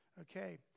Okay